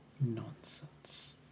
nonsense